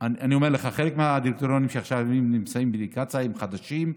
חלק מהדירקטורים שנמצאים עכשיו בקצא"א הם חדשים.